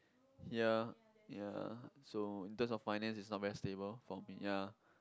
ya ya so in terms of finance it's not very stable for me ya